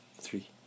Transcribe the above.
three